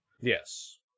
Yes